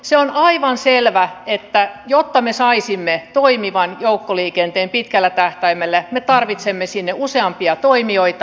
se on aivan selvää että jotta me saisimme toimivan joukkoliikenteen pitkällä tähtäimellä me tarvitsemme sinne useampia toimijoita